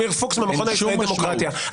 היא אמנם קיבלה איזה שהוא מפנה קטן,